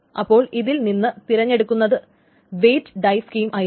അപ്പോൾ ഇതിൽ നിന്ന് തിരഞ്ഞെടുക്കുന്നത് വെയിറ്റ് ഡൈ സ്കീം ആയിരിക്കും